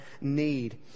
need